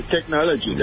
technology